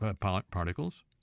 particles